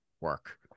work